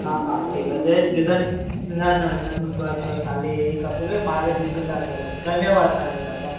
हा हा ठीकु आहे जय झूलेलाल धन न न न बसि बसि हाली हेई खपे ॿार जिद पिया करण धन्यवादु तव्हांजो दादा